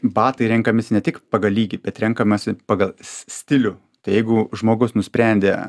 batai renkamis ne tik pagal lygį bet renkamasi pagal s stilių tai jeigu žmogus nusprendė